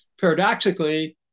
paradoxically